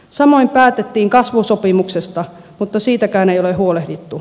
samoin päätettiin kasvusopimuksesta mutta siitäkään ei ole huolehdittu